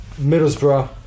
Middlesbrough